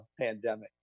pandemic